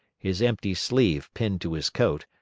his empty sleeve pinned to his coat,